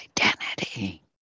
identity